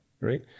right